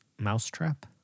Mousetrap